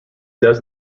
does